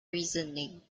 reasoning